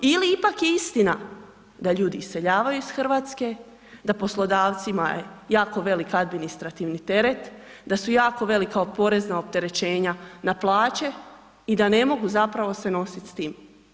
Ili ipak je istina da ljudi iseljavaju iz Hrvatske, da poslodavcima je jako velik administrativni teret, da su jako velika porezna opterećenja na plaće i da ne mogu zapravo se nositi s time.